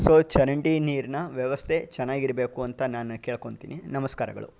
so ಚರಂಡಿ ನೀರಿನ ವ್ಯವಸ್ಥೆ ಚೆನ್ನಾಗಿರ್ಬೇಕು ಅಂತ ನಾನು ಕೇಳ್ಕೊಂತೀನಿ ನಮಸ್ಕಾರಗಳು